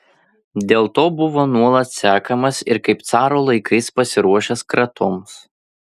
dėl to buvo nuolatos sekamas ir kaip caro laikais pasiruošęs kratoms